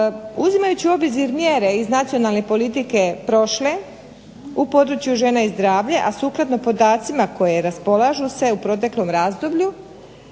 Uzimajući u obzir mjere iz nacionalne politike prošle u području žena i zdravlja a sukladno podacima kojima raspolaže se u proteklom razdoblju,